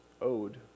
owed